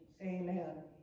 amen